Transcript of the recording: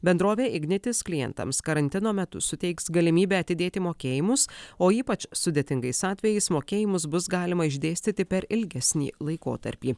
bendrovė ignitis klientams karantino metu suteiks galimybę atidėti mokėjimus o ypač sudėtingais atvejais mokėjimus bus galima išdėstyti per ilgesnį laikotarpį